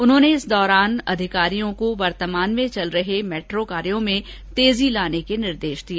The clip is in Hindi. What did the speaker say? उन्होंने इस दौरान अधिकारियों को वर्तमान में चल रहे मेट्रो कार्यो में तेजी लाने के निर्देश दिए